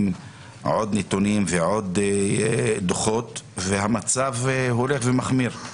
עוד נתונים ועוד דוחות והמצב הולך ומחמיר.